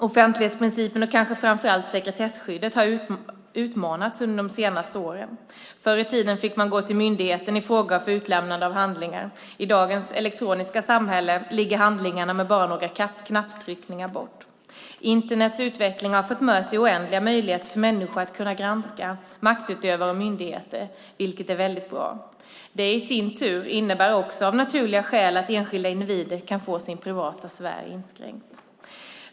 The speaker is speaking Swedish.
Offentlighetsprincipen, och kanske framför allt sekretesskyddet, har utmanats under de senaste åren. Förr i tiden fick man gå till myndigheten i fråga för utlämnade av handlingar. I dagens elektroniska samhälle ligger handlingarna bara några knapptryckningar bort. Internets utveckling har fört med sig oändliga möjligheter för människor att granska maktutövare och myndigheter, vilket är väldigt bra. Det i sin tur innebär också av naturliga skäl att enskilda individer kan få sin privata sfär inskränkt.